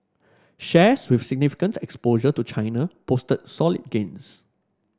shares with significant exposure to China posted solid gains